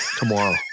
tomorrow